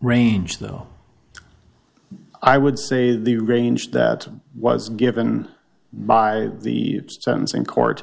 range though i would say the range that was given by the sentencing court